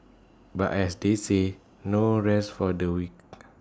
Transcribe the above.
but as they say no rest for the wicked